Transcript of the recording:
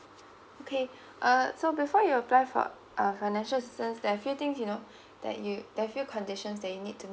okay uh so before you apply for uh financial assistance there're few things you know that you there're few conditions that need to